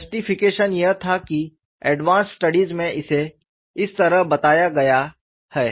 justification यह था कि एडवांस स्टडीज़ में इसे इस तरह बताया गया है